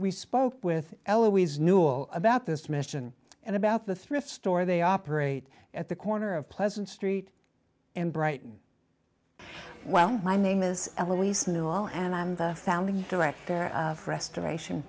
we spoke with elouise newell about this mission and about the thrift store they operate at the corner of pleasant street and brighton well my name is elouise new all and i'm the founding director of restoration